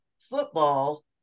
football